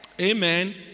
Amen